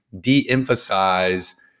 de-emphasize